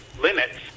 limits